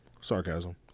Sarcasm